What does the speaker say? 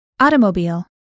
Automobile